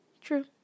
True